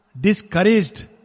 discouraged